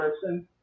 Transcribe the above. person